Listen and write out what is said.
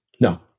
No